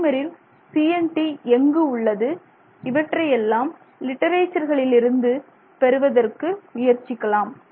பாலிமரில் CNT எங்கு உள்ளது இவற்றையெல்லாம் லிட்டரேச்சர்களிலிருந்து பெறுவதற்கு முயற்சிக்கலாம்